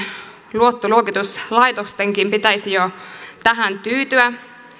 luottoluokituslaitostenkin pitäisi jo tähän tyytyä